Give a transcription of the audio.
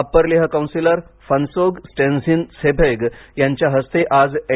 upper Leh councillor Phunsog Stanzin Tsepeg यांच्या हस्ते आज एन